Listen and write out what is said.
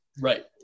Right